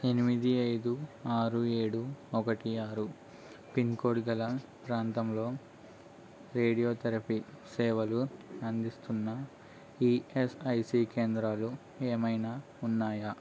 ఎనిమిది ఐదు ఆరు ఏడు ఒకటి ఆరు పిన్కోడ్ గల ప్రాంతంలో రేడియోథెరపి సేవలు అందిస్తున్న ఈఎస్ఐసి కేంద్రాలు ఏమైనా ఉన్నాయా